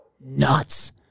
nuts